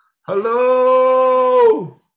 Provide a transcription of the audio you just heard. Hello